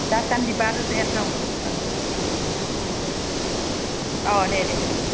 दासान्दि बा रोजायानो दं ओं औ दे दे दे